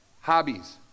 hobbies